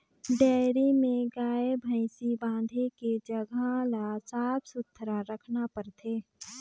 dairy में गाय, भइसी बांधे के जघा ल साफ सुथरा रखना परथे